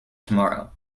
tomorrow